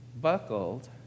buckled